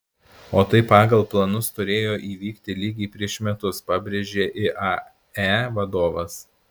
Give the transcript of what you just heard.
o tai pagal planus turėjo įvykti lygiai prieš metus pabrėžė iae vadovas